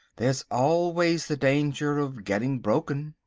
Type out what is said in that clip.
there's always the danger of getting broken.